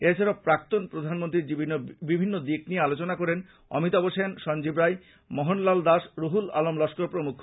এছাড়া প্রাক্তন প্রধানমন্ত্রীর জীবনের বিভিন্ন দিক নিয়ে আলোচনা করেন অমিতাভ সেন সঞ্জীব রায় মোহনলাল দাস রুহুল আলম লস্কর প্রমুখ